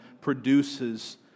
produces